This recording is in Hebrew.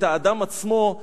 את האדם עצמו,